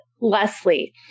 Leslie